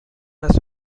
است